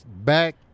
back